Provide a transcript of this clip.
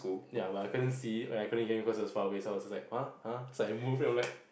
ya but I couldn't see and I couldn't even hear him so I was just like huh huh it's like a move here I'm like